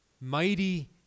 mighty